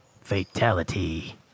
Fatality